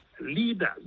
leaders